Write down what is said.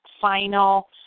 final